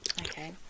Okay